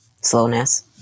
slowness